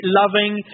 loving